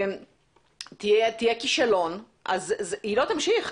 תהיה כישלון, היא לא תמשיך.